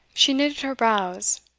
she knitted her brows,